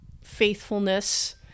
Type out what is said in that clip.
faithfulness